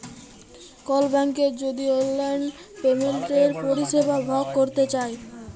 call ব্যাংকের যদি অললাইল পেমেলটের পরিষেবা ভগ ক্যরতে চায়